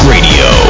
Radio